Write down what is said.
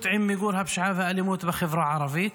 עם מיגור הפשיעה והאלימות בחברה הערבית.